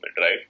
right